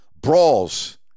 brawls